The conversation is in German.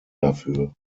dafür